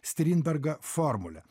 strindbergą formulę